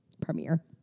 premiere